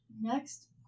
Next